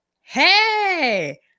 hey